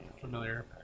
familiar